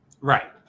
right